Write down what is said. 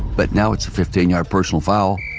but now its a fifteen yard personal foul